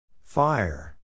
Fire